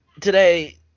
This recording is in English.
today